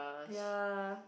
ya